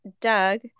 Doug